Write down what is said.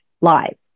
lives